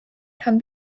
can